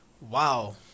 Wow